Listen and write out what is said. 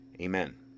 Amen